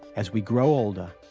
as we grow older,